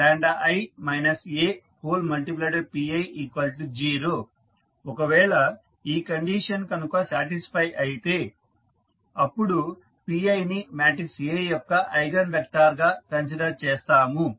iI Api0 ఒకవేళ ఈ condition కనుక సాటిస్ఫై అయితే అప్పుడు piని మాట్రిక్స్ A యొక్క ఐగన్ వెక్టార్ గా కన్సిడర్ చేస్తాము